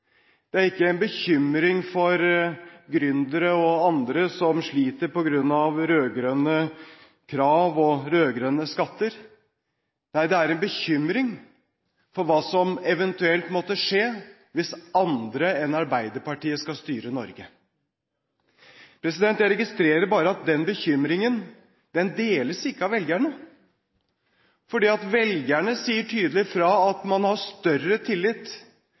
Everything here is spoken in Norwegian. det har ikke vært en bekymring for gründere og andre som sliter på grunn av rød-grønne krav og rød-grønne skatter. Nei, det er en bekymring for hva som eventuelt måtte skje hvis andre enn Arbeiderpartiet skal styre Norge. Jeg registrerer bare at den bekymringen deles ikke av velgerne, for velgerne sier tydelig fra om at man har større tillit